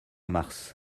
mars